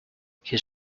his